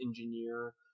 engineer